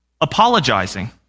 apologizing